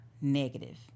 negative